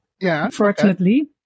unfortunately